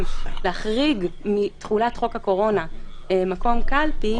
להחריג מתחולת חוק הקורונה "מקום קלפי",